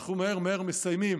אנחנו מהר מהר מסיימים,